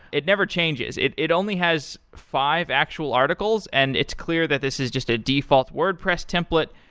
it never changes. it it only has five actual articles and it's clear that this is just a default wordpress template.